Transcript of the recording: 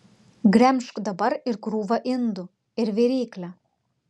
gremžk dabar ir krūvą indų ir viryklę